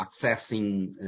accessing